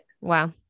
Wow